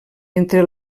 entre